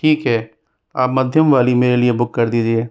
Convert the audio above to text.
ठीक है आप मध्यम वाली मेरे लिए बुक कर दीजिए